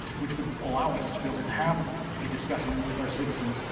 which would allow us to be able to have a discussion with our citizens,